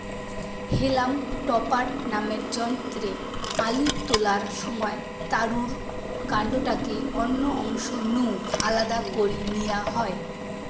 হেলাম topper নামের যন্ত্রে আলু তোলার সময় তারুর কান্ডটাকে অন্য অংশ নু আলদা করি নিয়া হয়